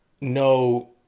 no